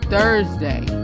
Thursday